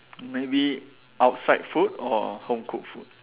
maybe outside food or home cooked food